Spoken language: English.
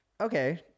Okay